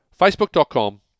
facebook.com